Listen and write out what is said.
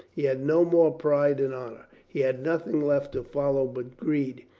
he had no more pride in honor. he had nothing left to follow but greed.